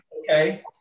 Okay